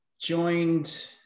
joined